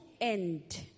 end